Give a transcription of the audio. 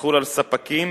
תחול על ספקים